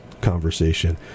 conversation